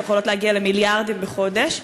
שיכולות להגיע למיליארדים בחודש,